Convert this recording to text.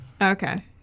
Okay